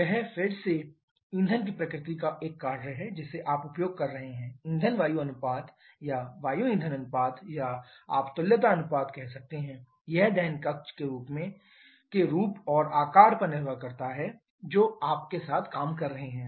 वह फिर से ईंधन की प्रकृति का एक कार्य है जिसे आप उपयोग कर रहे हैं ईंधन वायु अनुपात या वायु ईंधन अनुपात या आप तुल्यता अनुपात कह सकते हैं यह दहन कक्ष के रूप और आकार पर निर्भर करता है जो आप के साथ काम कर रहे हैं